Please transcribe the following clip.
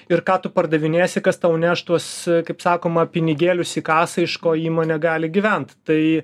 ir ką tu pardavinėsi kas tau neš tuos kaip sakoma pinigėlius į kasą iš ko įmonė gali gyvent tai